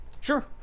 Sure